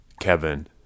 kevin